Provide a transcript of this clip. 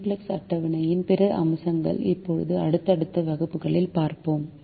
simplex அட்டவணையின் பிற அம்சங்கள் இப்போது அடுத்தடுத்த வகுப்புகளில் பார்ப்போம்